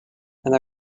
and